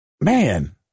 man